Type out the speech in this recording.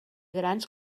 grans